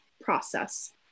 process